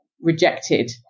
rejected